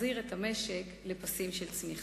להחזיר את המשק לפסים של צמיחה.